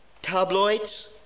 tabloids